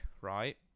right